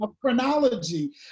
chronology